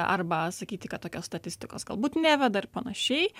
arba sakyti kad tokios statistikos galbūt neveda ir panašiai